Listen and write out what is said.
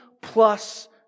plus